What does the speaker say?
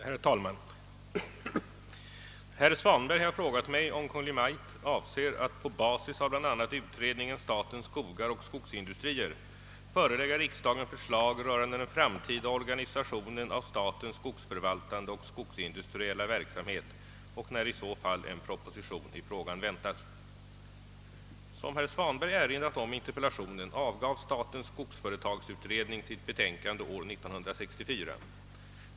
Herr talman! Herr Svanberg har frågat mig om Kungl. Maj:t avser att på basis av bl.a. utredningen Statens skogar och skogsindustrier förelägga riksdagen förslag rörande den framtida organisationen av statens skogsförvaltande och skogsindustriella verksamhet och när i så fall en proposition i frågan väntas. Som herr Svanberg erinrat om i interpellationen avgav statens skogsföretagsutredning sitt betänkande år 1964.